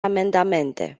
amendamente